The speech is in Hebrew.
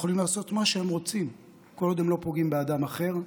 יכולים לעשות מה שהם רוצים כל עוד הם לא פוגעים באדם אחר.